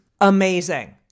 amazing